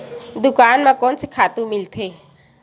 दुकान म कोन से खातु मिलथे?